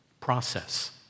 process